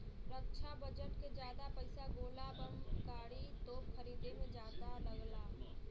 रक्षा budget के जादा पइसा गोला बम गाड़ी, तोप खरीदे में जादा लगला